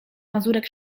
mazurek